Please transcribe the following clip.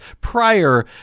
prior